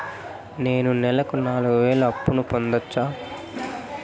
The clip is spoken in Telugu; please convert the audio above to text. నేను నెలకు నాలుగు వేలు అప్పును పొందొచ్చా?